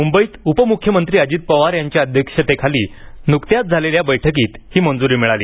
मुंबईत उपमुख्यमंत्री अजित पवार यांच्या अध्यक्षतेखाली नुकत्याच झालेल्या बैठकीत ही मंजुरी मिळाली